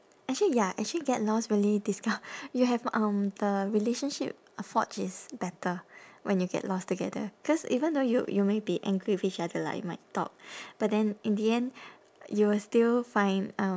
actually ya actually get lost really this kind you have um the relationship uh forged is better when you get lost together cause even though you you may be angry with each other like you might talk but then in the end you will still find um